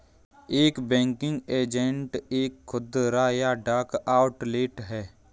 एक banking agent एक खुदरा या डाक आउटलेट है